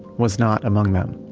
was not among them.